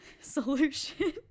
solution